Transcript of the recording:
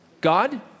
God